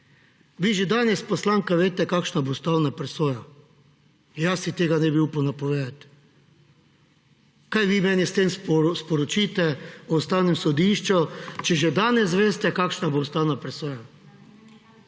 Vi že danes, poslanka, veste, kakšna bo ustavna presoja. Jaz si tega ne bi upal napovedati. Kaj vi meni s tem sporočite o Ustavnem sodišču, če že danes veste, kakšna bo ustavna presoja?